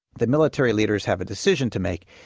the military leaders have a decision to make.